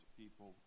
people